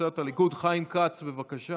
קבוצת הליכוד: חיים כץ, בבקשה,